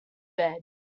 bed